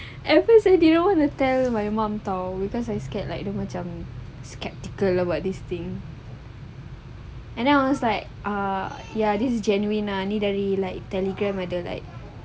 at first I didn't want to tell my mom [tau] because I scared like dia macam skeptical about this thing and then I was like ah ya this is jian wing ini dari like telegram ada like